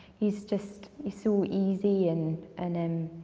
he's just, he's so easy and and um